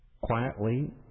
Quietly